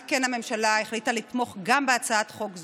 על כן הממשלה החליטה לתמוך גם בהצעת חוק זו,